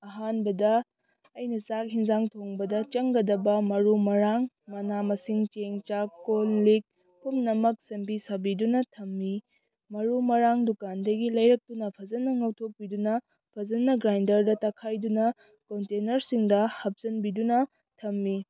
ꯑꯍꯥꯟꯕꯗ ꯑꯩꯅ ꯆꯥꯛ ꯑꯦꯟꯁꯥꯡ ꯊꯣꯡꯕꯗ ꯆꯪꯒꯗꯕ ꯃꯔꯨ ꯃꯔꯥꯡ ꯃꯅꯥ ꯃꯁꯤꯡ ꯆꯦꯡ ꯆꯥꯛ ꯀꯣꯟꯂꯤꯛ ꯄꯨꯝꯅꯃꯛ ꯁꯦꯝꯕꯤ ꯁꯥꯕꯤꯗꯨꯅ ꯊꯝꯃꯤ ꯃꯔꯨ ꯃꯔꯥꯡ ꯗꯨꯀꯥꯟꯗꯒꯤ ꯂꯩꯔꯛꯇꯨꯅ ꯐꯖꯅ ꯉꯧꯊꯣꯛꯄꯤꯗꯨꯅ ꯐꯖꯅ ꯒ꯭ꯔꯥꯏꯟꯗ꯭ꯔꯗ ꯇꯛꯈꯥꯏꯗꯨꯅ ꯀꯣꯟꯇꯦꯟꯅ꯭ꯔꯁꯤꯡꯗ ꯍꯥꯞꯆꯤꯟꯕꯤꯗꯨꯅ ꯊꯝꯃꯤ